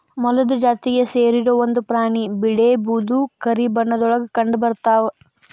ಮೊಲದ ಜಾತಿಗೆ ಸೇರಿರು ಒಂದ ಪ್ರಾಣಿ ಬಿಳೇ ಬೂದು ಕರಿ ಬಣ್ಣದೊಳಗ ಕಂಡಬರತಾವ